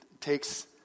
takes